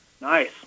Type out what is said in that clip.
Nice